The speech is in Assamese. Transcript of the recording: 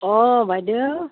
অঁ বাইদেউ